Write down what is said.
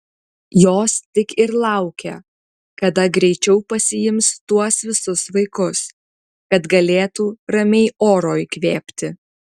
jos tik ir laukia kada greičiau pasiims tuos visus vaikus kad galėtų ramiai oro įkvėpti